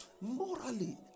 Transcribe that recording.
Morally